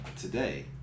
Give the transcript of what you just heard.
today